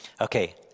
Okay